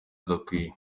adakwiye